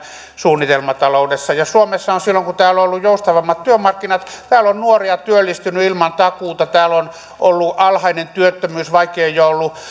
suunnitelmataloudessa ja suomessa on silloin kun täällä on ollut joustavammat työmarkkinat nuoria työllistynyt ilman takuuta täällä on ollut alhainen työttömyys vaikkei ole ollut